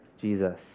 Jesus